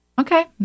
Okay